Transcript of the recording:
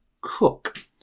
cook